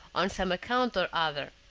on some account or other.